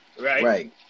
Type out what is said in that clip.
right